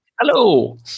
Hello